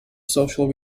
social